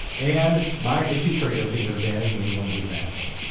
and my itchy trigger finger banning anyone who's an asshole.